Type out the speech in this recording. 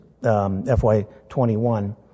FY21